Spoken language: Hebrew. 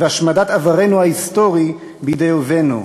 והשמדת עברנו ההיסטורי בידי אויבינו.